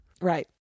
Right